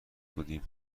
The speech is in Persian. بودیم